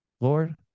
Lord